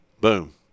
Boom